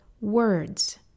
words